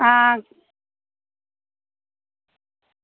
आं